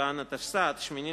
בסיוון התשס"ט, 18